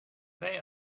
they